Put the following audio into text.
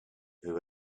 who